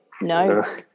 No